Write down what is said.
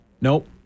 Nope